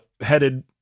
headed